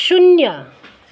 शून्य